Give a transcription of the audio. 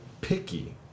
picky